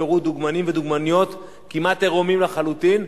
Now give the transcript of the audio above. הראו דוגמנים ודוגמניות כמעט עירומים לחלוטין,